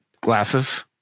glasses